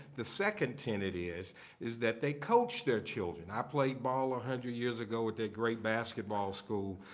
the second tenet is is that they coach their children. ah played ball a hundred years ago at that great basketball school,